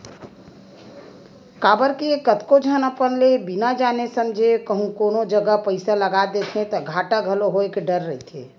काबर के कतको झन अपन ले बिना जाने समझे कहूँ कोनो जगा पइसा लगा देथे ता घाटा घलो होय के डर रहिथे